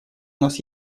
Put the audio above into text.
нас